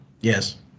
Yes